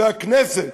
והכנסת,